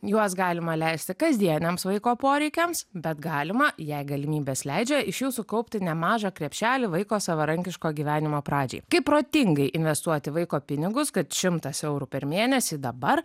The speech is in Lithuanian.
juos galima leisti kasdieniams vaiko poreikiams bet galima jei galimybės leidžia iš jų sukaupti nemažą krepšelį vaiko savarankiško gyvenimo pradžiai kaip protingai investuoti vaiko pinigus kad šimtas eurų per mėnesį dabar